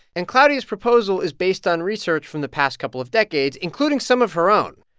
and claudia's proposal is based on research from the past couple of decades, including some of her own.